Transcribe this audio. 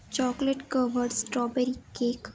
chocolate covered strawberry cake